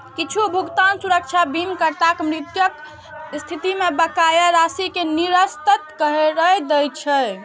किछु भुगतान सुरक्षा बीमाकर्ताक मृत्युक स्थिति मे बकाया राशि कें निरस्त करै दै छै